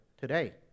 today